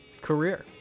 career